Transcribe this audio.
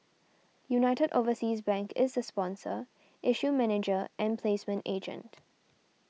United Overseas Bank is the sponsor issue manager and placement agent